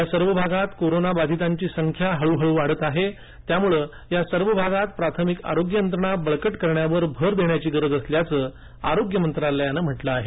या सर्व भागातही कोरोना बाधितांची संख्या हळूहळू वाढत आहे त्यामुळे या सर्व भागात प्राथमिक आरोग्य यंत्रणा बळकट करण्यावर भर देण्याची गरज असल्याचं आरोग्य मंत्रालयानं म्हटलं आहे